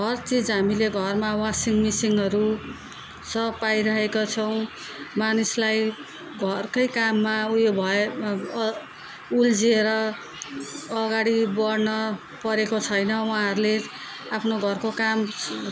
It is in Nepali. हर चिज हामीले घरमा वसिङ मेसिनहरू सबै पाइरहेका छौँ मानिसलाई घरकै काममा उयो भए उल्झिएर अगाडि बढ्न परेको छैन उहाँहरूले आफ्नो घरको काम